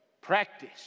Practice